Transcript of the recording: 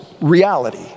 reality